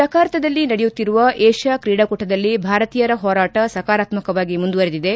ಜಕಾರ್ತದಲ್ಲಿ ನಡೆಯುತ್ತಿರುವ ಏಷ್ಯಾ ಕ್ರೀಡಾಕೂಟದಲ್ಲಿ ಭಾರತೀಯರ ಹೋರಾಟ ಸಕಾರಾತ್ಸವಾಗಿ ಮುಂದುವರೆದಿದೆ